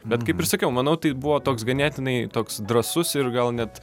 bet kaip ir sakiau manau tai buvo toks ganėtinai toks drąsus ir gal net